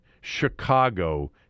Chicago